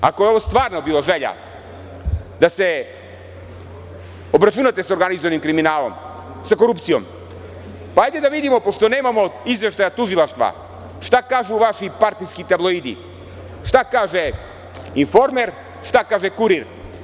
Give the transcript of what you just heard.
Ako je ovo stvarno bila želja da se obračunate sa organizovanim kriminalom, sa korupcijom, hajde da vidimo pošto nemamo izveštaja tužilaštva šta kažu vaši partijski tabloidi, šta kaže Informer, šta kaže Kurir?